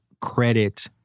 credit